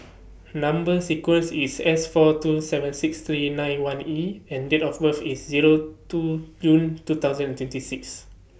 Number sequence IS S four two seven six three nine one E and Date of birth IS Zero two June two thousand and twenty six